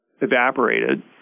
evaporated